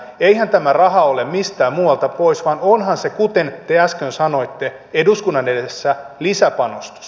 eihän tämä raha ole mistään muualta pois vaan onhan se kuten te äsken sanoitte eduskunnan edessä lisäpanostus